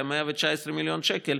119 מיליון שקל,